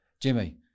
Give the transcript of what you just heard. Jimmy